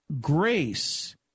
grace